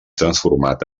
transformat